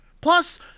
plus